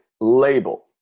label